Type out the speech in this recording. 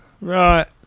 Right